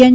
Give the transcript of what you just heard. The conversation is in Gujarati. એન